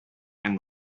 and